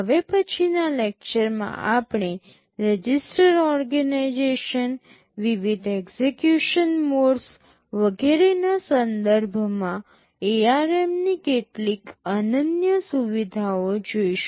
હવે પછીનાં લેક્ચરમાં આપણે રજિસ્ટર ઓર્ગનાઇઝેશન વિવિધ એક્ઝેક્યુશન મોડ્સ વગેરેના સંદર્ભમાં ARMની કેટલીક અનન્ય સુવિધાઓ જોઈશું